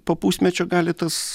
po pusmečio gali tas